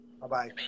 Bye-bye